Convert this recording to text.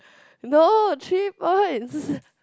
no three points